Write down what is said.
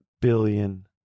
billion